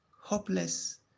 hopeless